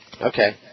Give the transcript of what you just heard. Okay